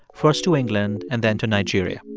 first to england and then to nigeria.